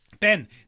Ben